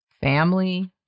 family